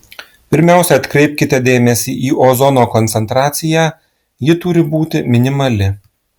pirmiausia atkreipkite dėmesį į ozono koncentraciją ji turi būti minimali